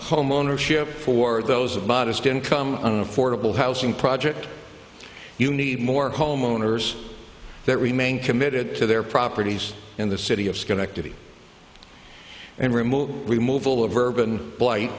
homeownership for those of modest income an affordable housing project you need more homeowners that remain committed to their properties in the city of schenectady and remove remove all of urban blight